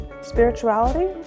spirituality